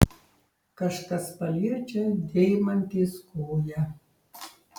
kažkas paliečia deimantės koją